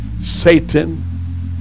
Satan